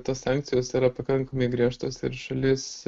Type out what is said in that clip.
tos sankcijos yra pakankamai griežtos ir šalis